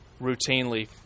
routinely